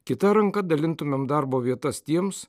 kita ranka dalintumėm darbo vietas tiems